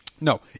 No